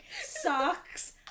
Socks